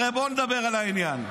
הרי בואו נדבר לעניין.